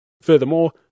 Furthermore